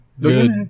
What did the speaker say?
good